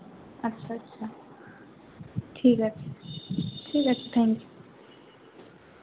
আচ্ছা আচ্ছা ঠিক আছে ঠিক আছে থ্যাঙ্ক ইউ